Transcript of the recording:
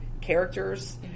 characters